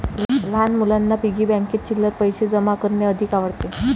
लहान मुलांना पिग्गी बँकेत चिल्लर पैशे जमा करणे अधिक आवडते